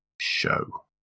show